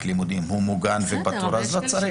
לימודים הוא מוגן ופטור אז לא צריך.